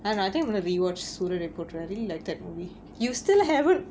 and I think I'm gonna rewatch soorarai potru I really like that movie you still haven't